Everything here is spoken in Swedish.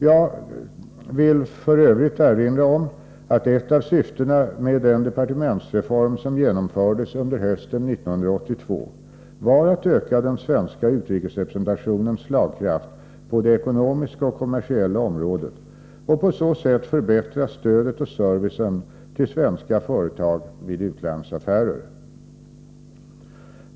Jag vill f. ö. erinra om att ett av syftena med den departementsreform som genomfördes under hösten 1982 var att öka den svenska utrikesrepresentationens slagkraft på det ekonomiska och kommersiella området och på så sätt förbättra stödet och servicen till svenska företag vid utlandsaffärer.